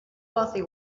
wealthy